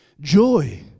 joy